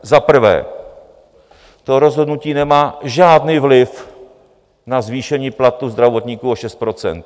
Za prvé, to rozhodnutí nemá žádný vliv na zvýšení platů zdravotníků o 6 %.